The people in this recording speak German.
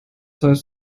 heißt